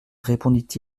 répondit